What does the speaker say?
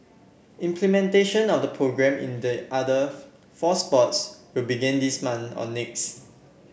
implementation of the programme in the other four sports will begin this month or next